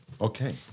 Okay